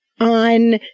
on